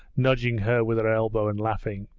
nudging her with her elbow and laughing.